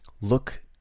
Look